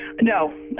No